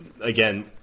Again